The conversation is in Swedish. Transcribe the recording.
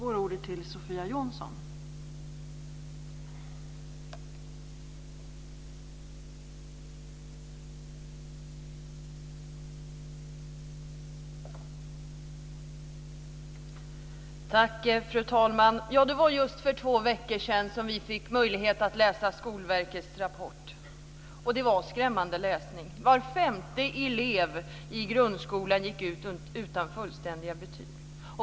Fru talman! Det var för två veckor sedan som vi fick möjlighet att läsa Skolverkets rapport, och det var en skrämmande läsning. Var femte elev i grundskolan gick ut utan fullständiga betyg.